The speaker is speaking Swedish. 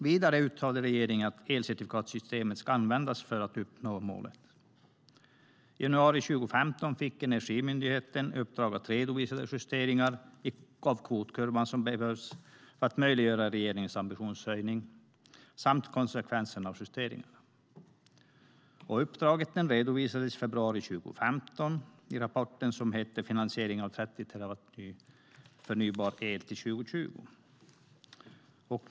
Vidare angav regeringen att elcertifikatssystemet ska användas för att uppnå detta mål. I januari 2015 fick Energimyndigheten i uppdrag att redovisa de justeringar av kvotkurvan som behövs för att möjliggöra regeringens ambitionshöjning samt konsekvenserna av dem. Uppdraget redovisades i februari 2015 i rapporten Finansiering av 30 TWh ny förnybar el till 2020 .